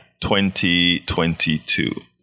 2022